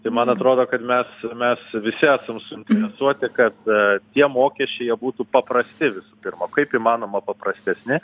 tai man atrodo kad mes mes visi esam suinteresuoti kad tie mokesčiai jie būtų paprasti visų pirma kaip įmanoma paprastesni